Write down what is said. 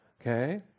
Okay